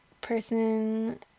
person